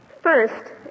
First